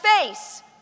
face